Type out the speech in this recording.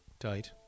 died